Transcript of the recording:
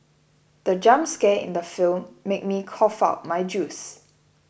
the jump scare in the film made me cough out my juice